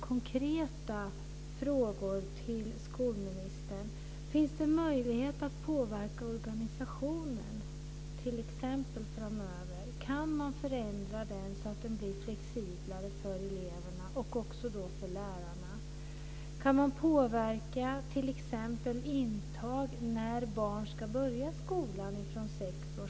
Kan man förändra den så att den blir flexiblare för eleverna och för lärarna? Kan man påverka t.ex. intag när barn ska börja skolan från sex år?